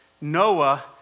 Noah